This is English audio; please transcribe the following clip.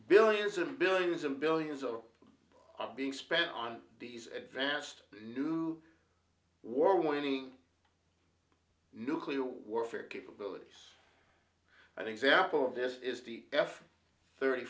billions and billions and billions of being spent on these advanced new war winning nuclear warfare capabilities i think sample of this is the f thirty